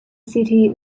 city